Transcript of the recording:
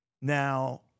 Now